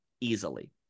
Easily